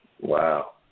Wow